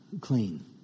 clean